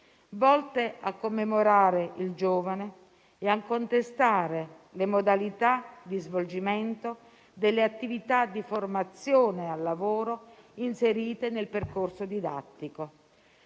volte a commemorare il giovane e a contestare le modalità di svolgimento delle attività di formazione al lavoro inserite nel percorso didattico.